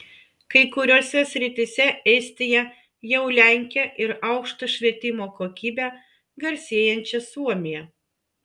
kai kuriose srityse estija jau lenkia ir aukšta švietimo kokybe garsėjančią suomiją